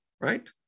Right